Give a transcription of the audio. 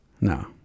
No